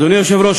אדוני היושב-ראש,